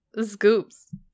Scoops